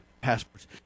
passports